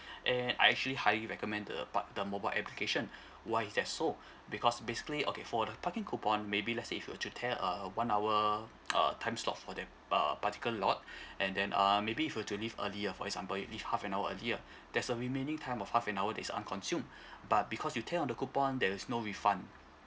and I actually highly recommend the par~ the mobile application why is that so because basically okay for the parking coupon maybe let's say if you were to tear a one hour uh time slot for that uh particular lot and then um maybe if you were to leave earlier for example you leave half an hour earlier there's a remaining time of half an hour that's unconsume but because you tear on the coupon there is no refund